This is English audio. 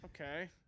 Okay